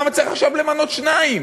למה צריך עכשיו למנות שניים?